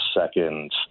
second